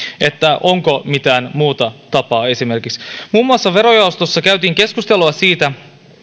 ja onko mitään muuta tapaa muun muassa verojaostossa käytiin keskustelua siitä